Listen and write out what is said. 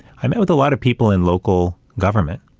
i met with a lot of people in local government,